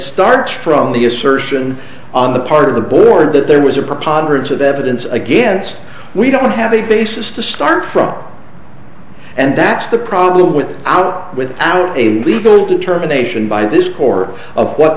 starts from the assertion on the part of the board that there was a preponderance of evidence against we don't have a basis to start from and that's the problem with out without a legal determination by this core of what